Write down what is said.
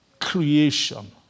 creation